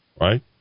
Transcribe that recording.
Right